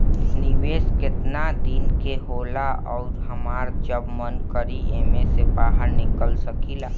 निवेस केतना दिन के होला अउर हमार जब मन करि एमे से बहार निकल सकिला?